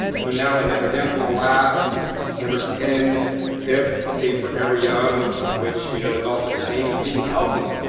so now and we are down to the last number ten tip to stay forever young which you know is also the same as being healthy.